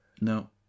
No